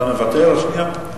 אתה מוותר על השנייה?